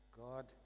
God